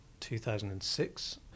2006